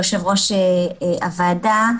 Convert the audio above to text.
יושב-ראש הוועדה,